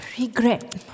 regret